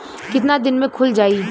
कितना दिन में खुल जाई?